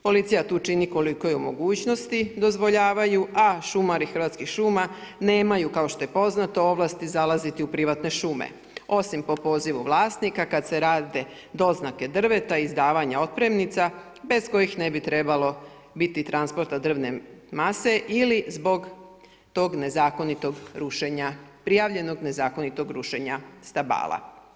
Policija tu čini koliko joj mogućnosti dozvoljavaju, a šumari Hrvatskih šuma nemaju kao što je poznato ovlasti zalaziti u privatne šume osim po pozivu vlasnika kad se rade doznake drveta, izdavanja otpremnica bez kojih ne bi trebalo biti transporta drvne mase ili zbog tog nezakonitog rušenja, prijavljenog nezakonitog rušenja stabala.